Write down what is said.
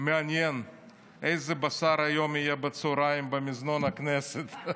מעניין איזה בשר יהיה היום בצוהריים במזנון הכנסת.